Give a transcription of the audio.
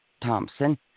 Thompson